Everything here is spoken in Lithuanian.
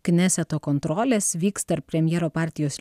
kneseto kontrolės vyks tarp premjero partijos